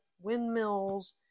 windmills